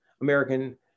American